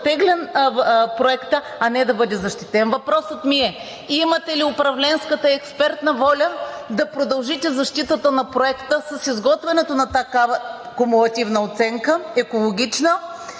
оттеглен Проектът, а не да бъде защитен. Въпросът ми е: имате ли управленската и експертна воля да продължите защитата на Проекта с изготвянето на такава кумулативна екологична